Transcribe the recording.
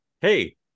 Hey